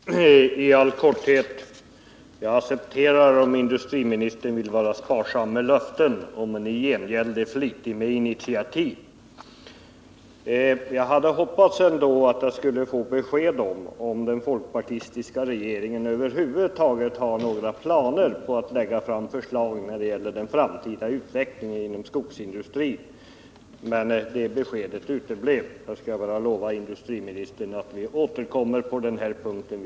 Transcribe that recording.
Herr talman! Jag skall fatta mig kort. Jag accepterar att industriministern är sparsam med löften om han i gengäld är flitig med initiativ. Jag hade ändå hoppats få besked om den folkpartistiska regeringen över huvud taget har några planer på att lägga fram förslag när det gäller den framtida utvecklingen inom skogsindustrin, men det beskedet har uteblivit. Jag lovar industriministern att vi återkommer på den här punkten.